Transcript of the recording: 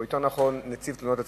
או יותר נכון, נציב תלונות הציבור,